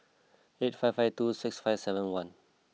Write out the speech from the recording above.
eight five five two six five seven one